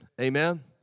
Amen